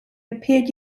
appears